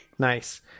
nice